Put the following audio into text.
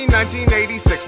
1986